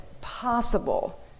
possible